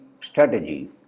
strategy